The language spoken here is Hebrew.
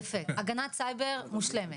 יפה, הגנת סייבר מושלמת.